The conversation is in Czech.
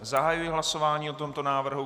Zahajuji hlasování o tomto návrhu.